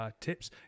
tips